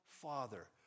Father